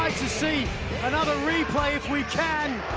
to see another replay if we can,